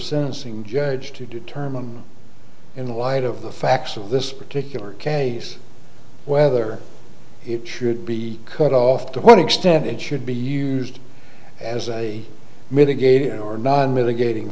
sentencing judge to determine in light of the facts of this particular case whether it should be cut off to what extent it should be used as a again or not mitigating